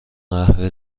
قهوه